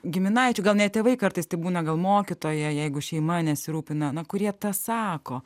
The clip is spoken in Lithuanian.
giminaičių gal net tėvai kartais tai būna gal mokytoja jeigu šeima nesirūpina na kurie tą sako